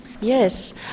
Yes